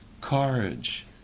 courage